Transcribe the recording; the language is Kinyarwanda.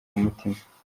umutima